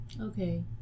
Okay